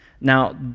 Now